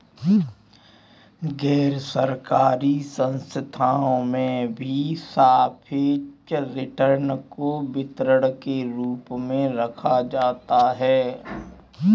गैरसरकारी संस्थाओं में भी सापेक्ष रिटर्न को वितरण के रूप में रखा जाता है